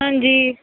ਹਾਂਜੀ